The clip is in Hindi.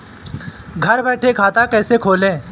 घर बैठे खाता कैसे खोलें?